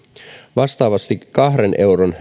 vastaavasti kahden euron